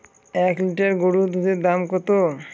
এক লিটার গরুর দুধের দাম কত?